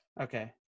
Okay